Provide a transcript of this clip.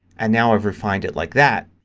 and now i've refined it like that.